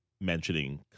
mentioning